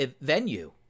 venue